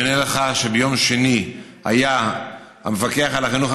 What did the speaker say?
ואני עונה לך שביום שני המפקח על החינוך